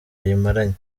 ayimaranye